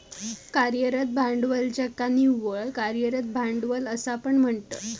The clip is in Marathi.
कार्यरत भांडवल ज्याका निव्वळ कार्यरत भांडवल असा पण म्हणतत